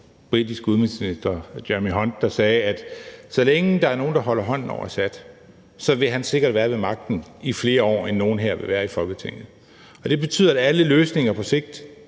britiske udenrigsminister Jeremy Hunt, der sagde, at så længe der er nogen, der holder hånden over Assad, vil han sikkert være ved magten i flere år, end nogen her vil være i Folketinget. Og det betyder, at alle løsninger, der